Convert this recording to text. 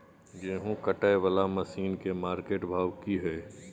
गेहूं काटय वाला मसीन के मार्केट भाव की हय?